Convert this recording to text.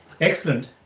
excellent